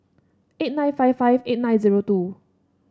eight nine five five eight nine zero two